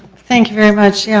thank you very much. yeah